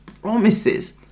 promises